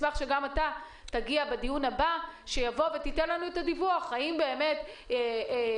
ואני אשמח שתגיע בדיון הבא ותיתן לנו דיווח האם באמת הכריחו